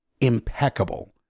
impeccable